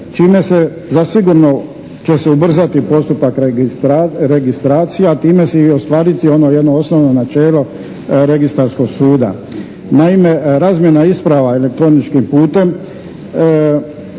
čime se zasigurno će se ubrzati postupak registracije, a time se i ostvariti ono jedno osnovno načelo Registarskog suda. Naime, razmjena isprava elektroničkim putem